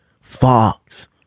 Fox